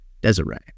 Desiree